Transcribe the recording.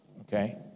okay